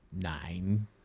nine